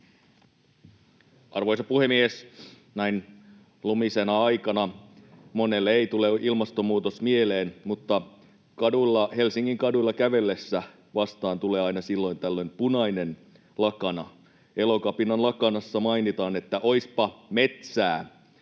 Arvoisa puhemies! Näin lumisena aikana monelle ei tule ilmastonmuutos mieleen, mutta Helsingin kaduilla kävellessä vastaan tulee aina silloin tällöin punainen lakana. Elokapinan lakanassa mainitaan, että ”oispa metsää”.